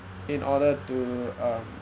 in order to um